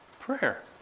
prayer